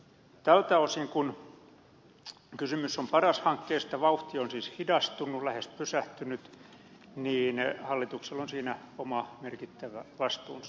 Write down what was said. tältä osin kuin kysymys on paras hankkeesta vauhti on siis hidastunut lähes pysähtynyt ja hallituksella on siinä oma merkittävä vastuunsa